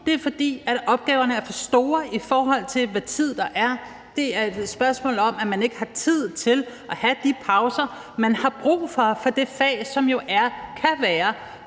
Det er, fordi opgaverne er for store i forhold til den tid, der er. Det er et spørgsmål om, at man ikke har tid til at have de pauser, man har brug for i det fag, som jo kan være